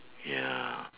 ya